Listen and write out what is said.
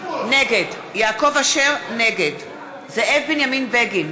נגד זאב בנימין בגין,